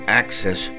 access